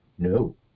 No